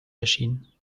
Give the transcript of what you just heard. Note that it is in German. erschienen